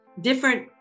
different